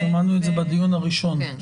שמענו את זה בדיון הראשון.